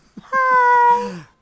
Hi